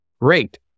Great